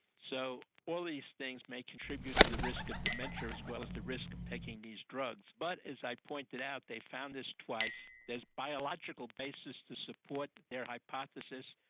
so all these things may contribute to the risk of dementia as well as a risk of taking these drugs. but, as i pointed out, they found this twice, there's biological basis to support their hypothesis,